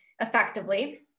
effectively